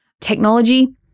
technology